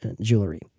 jewelry